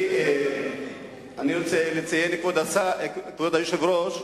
אני רוצה לציין, כבוד השר, כבוד היושב-ראש,